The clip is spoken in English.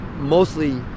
mostly